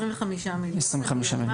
25 מיליון.